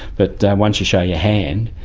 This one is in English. but once you show your hand